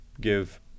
give